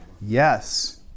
Yes